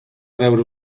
veure